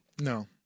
No